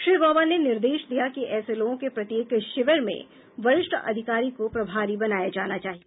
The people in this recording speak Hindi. श्री गॉबा ने निर्देश दिया कि ऐसे लोगों के प्रत्येक शिविर में वरिष्ठ अधिकारी को प्रभारी बनाया जाना चाहिए